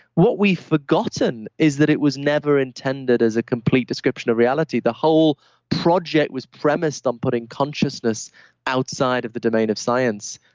what we forgotten is that it was never intended as a complete description of reality. the whole project was premised on putting consciousness outside of the domain of science.